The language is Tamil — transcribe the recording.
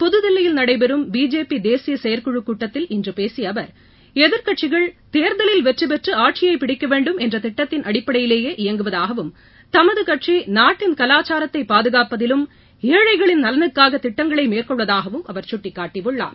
புதுதில்லியில் நடைபெறும் பிஜேபி தேசிய செயற்குழு கூட்டத்தில் இன்று பேசிய அவர் எதிர்க்கட்சிகள் தேர்தலில் வெற்றி பெற்று ஆட்சியைப் பிடிக்க வேண்டும் என்ற திட்டத்தின் அடிப்படையிலேயே இயங்குவதாகவும் தமது கட்சி நாட்டின் கலாச்சாரத்தை பாதுகாப்பதிலும் ஏழைகளின் நலனுக்காக திட்டங்களை மேற்கொள்வதாகவும் அவர் சுட்டிக்காட்டியுள்ளார்